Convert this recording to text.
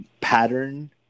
pattern